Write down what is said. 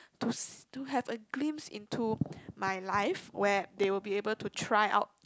to to have a glimpse into my life where they will be able to try out